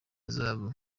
zahabu